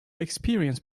experience